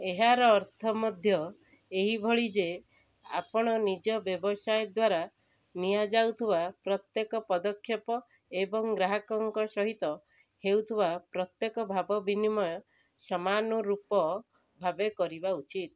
ଏହାର ଅର୍ଥ ମଧ୍ୟ ଏହିଭଳି ଯେ ଆପଣ ନିଜ ବ୍ୟବସାୟ ଦ୍ଵାରା ନିଆଯାଉଥିବା ପ୍ରତ୍ୟେକ ପଦକ୍ଷେପ ଏବଂ ଗ୍ରାହକଙ୍କ ସହିତ ହେଉଥିବା ପ୍ରତ୍ୟେକ ଭାବ ବିନିମୟ ସମାନୁରୂପ ଭାବେ କରିବା ଉଚିତ